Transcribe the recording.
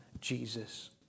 Jesus